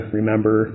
remember